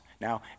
Now